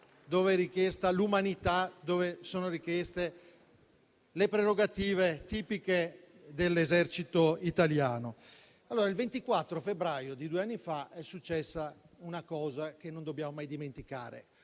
dove sono richieste la capacità, l'umanità e le prerogative tipiche dell'Esercito italiano. Il 24 febbraio di due anni fa è successa una cosa che non dobbiamo mai dimenticare;